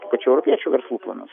pačių europiečių verslų planus